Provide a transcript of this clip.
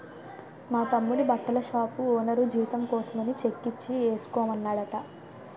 మా తమ్ముడి బట్టల షాపు ఓనరు జీతం కోసమని చెక్కిచ్చి ఏసుకోమన్నాడట